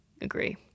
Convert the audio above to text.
agree